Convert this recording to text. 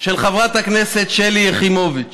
של חברת הכנסת שלי יחימוביץ,